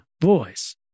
voice